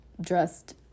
dressed